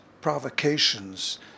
provocations